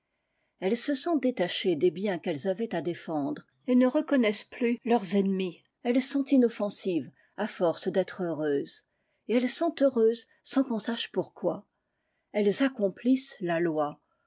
elles se sont détachées des biens qu'elles avaient à défendre et ne reconnaissent plusieurs ennemis elles sont inoffensives à force d'être heureuses et elles son heureuses sans qu'on sache pourquoi elles accomplissent la loi